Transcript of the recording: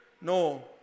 No